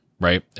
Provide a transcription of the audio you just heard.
right